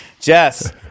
Jess